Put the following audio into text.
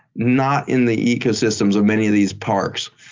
not in the ecosystems of many of these parks.